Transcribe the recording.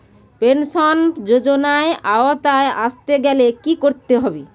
Pension যজোনার আওতায় আসতে গেলে কি করতে হবে?